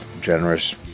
generous